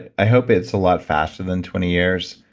i hope it's a lot faster than twenty years.